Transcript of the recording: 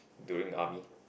during the army